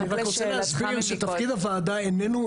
אני רק רוצה להסביר שתפקיד הוועדה איננה,